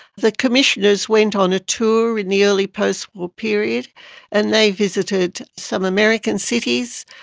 the commissioners went on a tour in the early post-war period and they visited some american cities.